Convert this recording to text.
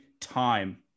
time